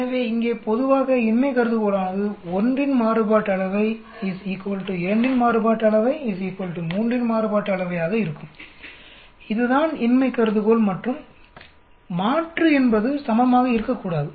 எனவே இங்கே பொதுவாக இன்மை கருதுகோளானது 1 இன் மாறுபாட்டு அளவை 2 இன் மாறுபாட்டு அளவை 3 இன் மாறுபாட்டு அளவையாக இருக்கும் இதுதான் இன்மை கருதுகோள் மற்றும் மாற்று என்பது சமமாக இருக்கக்கூடாது